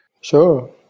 Sure